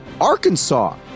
Arkansas